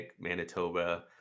Manitoba